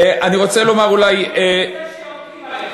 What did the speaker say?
מנגד זה שיורקים עליך.